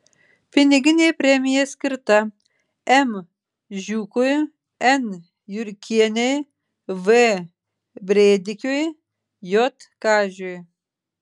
piniginė premija skirta m žiūkui n jurkienei v brėdikiui j kažiui